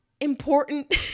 important